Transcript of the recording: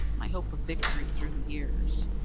my hope of victory through the years,